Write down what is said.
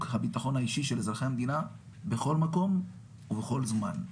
הביטחון האישי של אזרחי המדינה בכל מקום ובכל זמן.